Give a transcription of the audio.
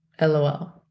LOL